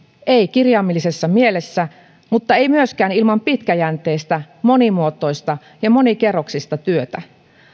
eivät kirjaimellisessa mielessä mutta eivät myöskään ilman pitkäjänteistä monimuotoista ja monikerroksista työtä